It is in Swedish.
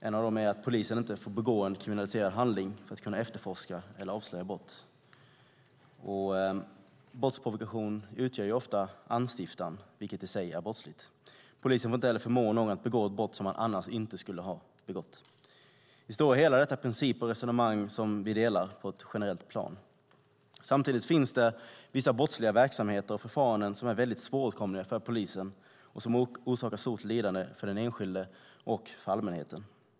En av dem är att polisen inte får begå en kriminaliserad handling för att kunna efterforska eller avslöja brott. Brottsprovokation utgör ofta anstiftan, vilket i sig är brottsligt. Polisen får inte heller förmå någon att begå ett brott som han annars inte skulle ha begått. I det stora hela är detta principer och resonemang vi delar på ett generellt plan. Samtidigt finns det vissa brottsliga verksamheter och förfaranden som är svåråtkomliga för polisen och som orsakar stort lidande för den enskilde och för allmänheten.